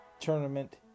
tournament